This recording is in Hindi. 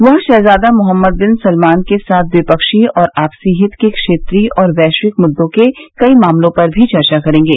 वह शहजादा मोहम्मद बिन सलमान के साथ ट्विपक्षीय और आपसी हित के क्षेत्रीय और वैश्विक मुद्दों के कई मामलों पर भी चर्चा करेंगे